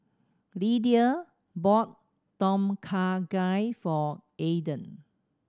Lydia bought Tom Kha Gai for Aiden